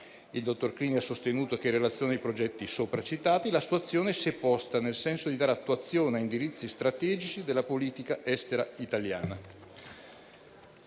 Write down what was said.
Il dottor Clini ha sostenuto che, in relazione ai progetti sopra citati, la situazione si è posta nel senso di dare attuazione a indirizzi strategici della politica estera italiana